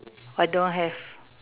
I don't have